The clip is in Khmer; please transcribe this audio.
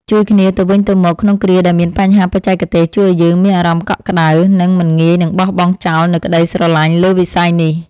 ជួយគ្នាទៅវិញទៅមកក្នុងគ្រាដែលមានបញ្ហាបច្ចេកទេសជួយឱ្យយើងមានអារម្មណ៍កក់ក្តៅ និង មិនងាយនឹងបោះបង់ចោលនូវក្តីស្រឡាញ់លើវិស័យនេះ។